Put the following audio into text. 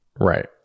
Right